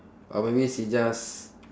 or maybe she just